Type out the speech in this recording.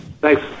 thanks